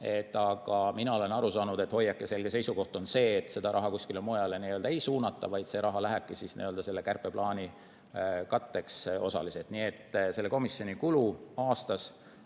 aga mina olen aru saanud, et hoiak ja selge seisukoht on see, et seda raha kuskile mujale ei suunata, vaid see raha lähebki kärpeplaani osaliseks katteks. Nii et selle komisjoni kulu on aastas